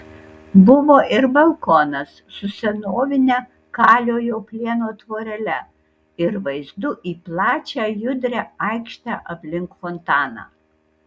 buvo ir balkonas su senovine kaliojo plieno tvorele ir vaizdu į plačią judrią aikštę aplink fontaną